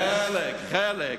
חלק, חלק.